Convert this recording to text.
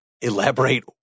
elaborate